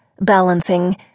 balancing